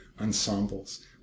ensembles